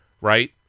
right